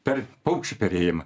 per paukščių perėjimą